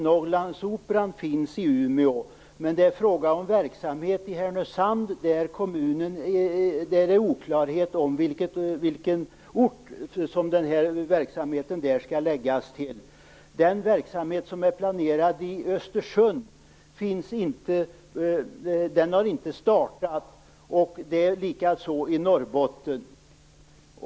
Norrlandsoperan finns i Umeå, men det här gäller också en verksamhet i Härnösand där det råder oklarhet inom kommunen om vilken ort verksamheten skall förläggas till. Verksamheten som är planerad i Östersund finns inte - den har inte startat. Samma sak gäller för Norrbotten.